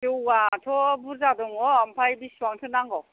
जौआथ' बुरजा दङ ओमफ्राय बिसिबांथो नांगौ